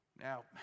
Now